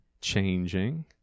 changing